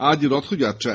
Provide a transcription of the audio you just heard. আজ রথযাত্রা